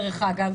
דרך אגב,